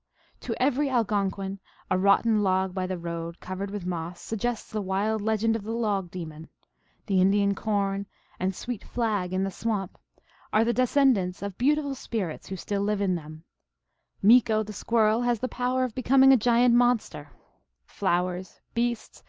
to every algonquin a rotten log by the road, covered with moss, suggests the wild legend of the log-demon the indian corn and sweet flag in the swamp are the descendants of beautiful spirits who still live in them meeko, the squirrel, has the power of becoming a giant monster flowers, beasts,